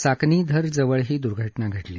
साकनिधर जवळ ही द्र्घटना घडली